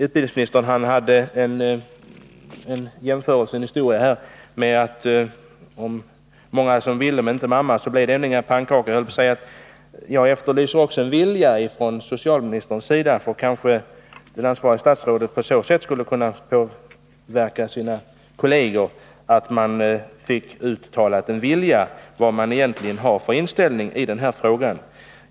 Utbildningsministern berättade en historia här och sade, att om alla andra vill men inte mamma, så blir det ingen pannkaka till middag. Jag efterlyser också en vilja från socialministerns sida. Kanske det ansvariga statsrådet skulle kunna påverka sina kolleger genom att uttala ea vilja som gäller inställningen i den här frågan.